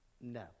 No